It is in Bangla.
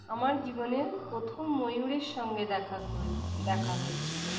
আমার জীবনে প্রথম ময়ূরের সঙ্গে দেখা করে দেখা হয়েছিল